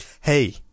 Hey